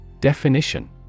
Definition